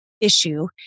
issue